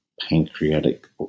pancreatic